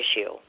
issue